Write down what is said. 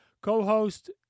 co-host